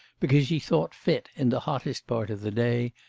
because she thought fit, in the hottest part of the day,